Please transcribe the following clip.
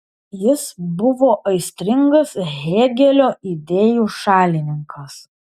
jis buvo aistringas hėgelio idėjų šalininkas